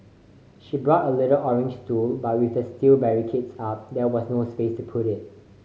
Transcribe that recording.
she brought a little orange stool but with the steel barricades up there was no space to put it